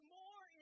more